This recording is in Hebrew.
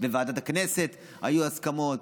בוועדת הכנסת היו הסכמות,